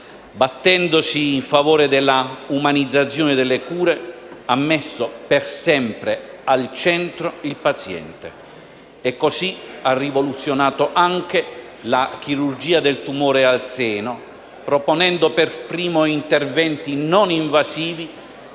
Battendosi in favore dell'umanizzazione delle cure, ha messo per sempre al centro il paziente e così ha rivoluzionato anche la chirurgia del tumore al seno, proponendo per primo interventi non invasivi